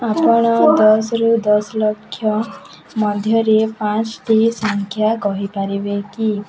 ଆପଣ ଦଶରୁ ଦଶ ଲକ୍ଷ ମଧ୍ୟରେ ପାଞ୍ଚଟି ସଂଖ୍ୟା କହିପାରିବେ କି